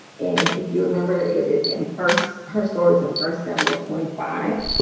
and if you remember it is in first her stories in first samuel twenty five,